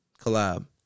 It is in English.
collab